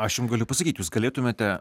aš jum galiu pasakyti jūs galėtumėte